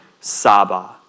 Saba